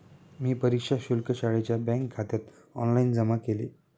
मी परीक्षा शुल्क शाळेच्या बँकखात्यात ऑनलाइन जमा केले